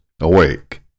Awake